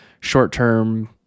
short-term